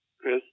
Chris